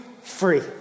free